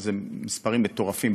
שזה מספרים מטורפים,